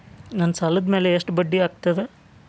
ನನ್ನ ಸಾಲದ್ ಮ್ಯಾಲೆ ಎಷ್ಟ ಬಡ್ಡಿ ಆಗ್ತದ?